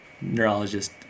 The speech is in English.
Neurologist